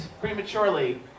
prematurely